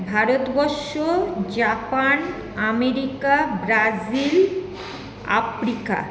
Bharatvarsha Japan America Brazil Africa